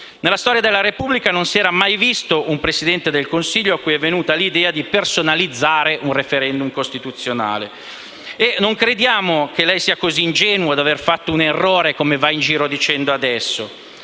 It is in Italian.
Nella storia della Repubblica non si era mai visto un Presidente del Consiglio a cui fosse venuta l'idea di personalizzare un *referendum* costituzionale. Non crediamo che sia così ingenuo da aver fatto un errore, come va in giro a dire adesso.